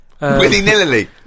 willy-nilly